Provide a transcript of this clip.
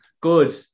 good